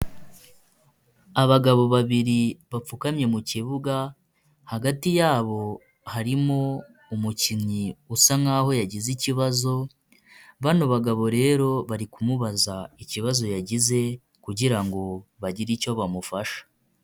Abagabo babiri bapfukamye mu kibuga, hagati yabo harimo umukinnyi usa nkaho yagize ikibazo, bano bagabo rero bari kumubaza ikibazo yagize kugira ngo bagire icyo bamufasha.